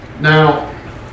Now